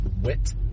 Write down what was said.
wit